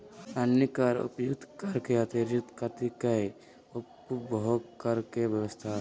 अन्य कर उपर्युक्त कर के अतिरिक्त कतिपय उपभोग कर के व्यवस्था ह